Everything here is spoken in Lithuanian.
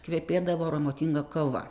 kvepėdavo aromatinga kava